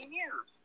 years